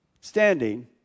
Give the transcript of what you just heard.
standing